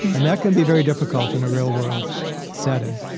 and that can be very difficult in a real-world setting.